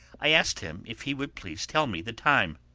i asked him if he would please tell me the time.